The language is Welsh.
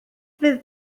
fydd